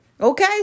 Okay